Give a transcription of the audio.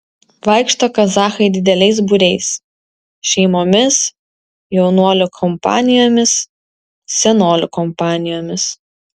vaikšto kazachai dideliais būriais šeimomis jaunuolių kompanijomis senolių kompanijomis